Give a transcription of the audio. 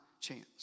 chance